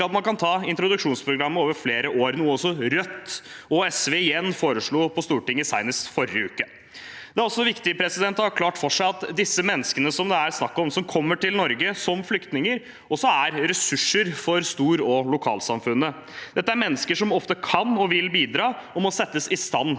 at man kan ta introduksjonsprogrammet over flere år, noe Rødt og SV senest foreslo på Stortinget i forrige uke. Det er også viktig å ha klart for seg at disse menneskene det er snakk om, som kommer til Norge som flyktninger, også er ressurser for stor- og lokalsamfunnet. Dette er mennesker som ofte kan og vil bidra og må settes i stand